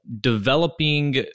developing